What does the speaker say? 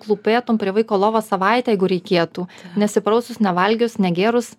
klūpėtum prie vaiko lovos savaitę jeigu reikėtų nesiprausus nevalgius negėrus